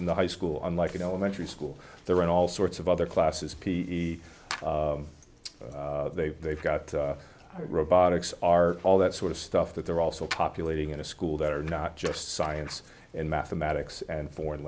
in the high school unlike in elementary school they're in all sorts of other classes p e they've they've got robotics are all that sort of stuff that they're also populating in a school that are not just science and mathematics and foreign